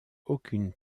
aucune